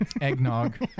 Eggnog